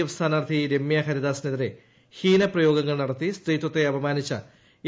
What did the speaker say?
F സ്ഥാനാർഥി രമ്യ ഹരിദാസിനെതിരെ ഹീന പ്രയോഗങ്ങൾ നടത്തി സ്ത്രിത്വത്തെ അപമാനിച്ച എൽ